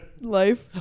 life